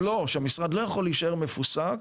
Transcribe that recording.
שהמשרד לא יכול להישאר מפוסק